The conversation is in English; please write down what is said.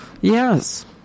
Yes